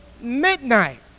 midnight